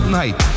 night